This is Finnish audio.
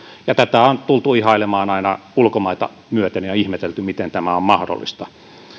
ja tätä on tultu ihailemaan aina ulkomaita myöten ja ihmetelty miten tämä on mahdollista